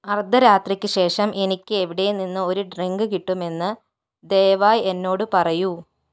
അർദ്ധരാത്രിക്ക് ശേഷം എനിക്ക് എവിടെ നിന്ന് ഒരു ഡ്രിങ്ക് കിട്ടുമെന്ന് ദയവായി എന്നോട് പറയൂ